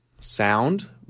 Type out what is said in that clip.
sound